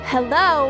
Hello